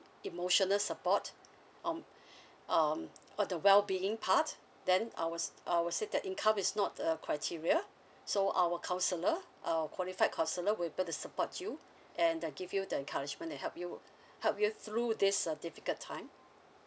emotional support um um or the well being part then I will I will say that income is not a criteria so our counsellor our qualified counsellor will be able to support you and uh give you the encouragement that help you help you through this uh difficult time